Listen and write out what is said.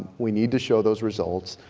we need to show those results.